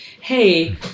hey